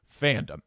Fandom